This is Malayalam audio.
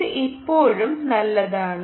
ഇത് ഇപ്പോഴും നല്ലതാണ്